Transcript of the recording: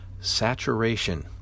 Saturation